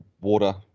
water